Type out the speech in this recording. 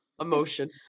emotion